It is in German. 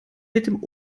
mit